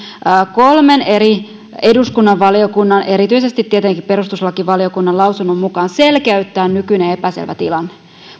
kolmen eri eduskunnan valiokunnan erityisesti tietenkin perustuslakivaliokunnan lausunnon mukaan selkeyttää nykyinen epäselvä tilanne